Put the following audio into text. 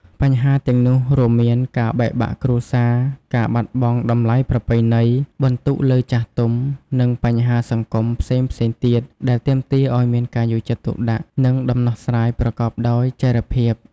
បញ្ហាទាំងនោះរួមមានការបែកបាក់គ្រួសារ ការបាត់បង់តម្លៃប្រពៃណី បន្ទុកលើចាស់ទុំ និងបញ្ហាសង្គមផ្សេងៗទៀត ដែលទាមទារឱ្យមានការយកចិត្តទុកដាក់ និងដំណោះស្រាយប្រកបដោយចីរភាព។